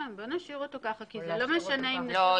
בואו נשאיר אותו ככה כי זה לא משנה אם נשאיר אותו --- לא,